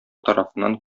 тарафыннан